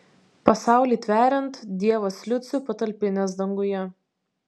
pasaulį tveriant dievas liucių patalpinęs danguje